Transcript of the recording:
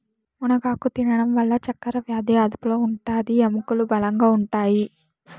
మునగాకు తినడం వల్ల చక్కరవ్యాది అదుపులో ఉంటాది, ఎముకలు బలంగా ఉంటాయి